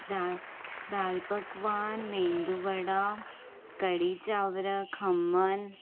दा दालि पकवान मेंदू वड़ा कढ़ी चांवरु खमण